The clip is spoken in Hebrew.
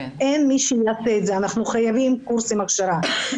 אנחנו חייבים קורסי הכשרה.